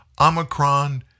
Omicron